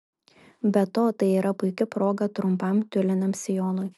be to tai yra puiki proga trumpam tiuliniam sijonui